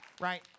right